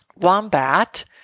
wombat